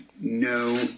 No